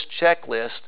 checklist